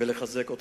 ולחזק אותך,